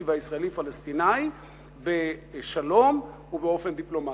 והישראלי-פלסטיני בשלום ובאופן דיפלומטי.